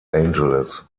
angeles